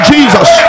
Jesus